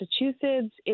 Massachusetts